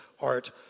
art